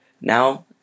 now